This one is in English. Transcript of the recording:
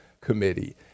Committee